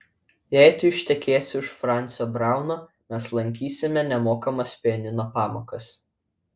jei tu ištekėsi už francio brauno mes lankysime nemokamas pianino pamokas